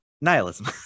Nihilism